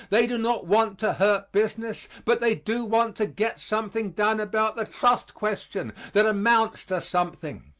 they do not want to hurt business, but they do want to get something done about the trust question that amounts to something.